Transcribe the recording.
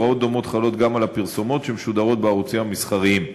הוראות דומות חלות גם על הפרסומות שמשודרות בערוצים המסחריים.